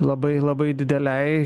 labai labai didelei